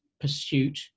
pursuit